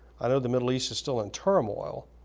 i know the middle east is still in turmoil,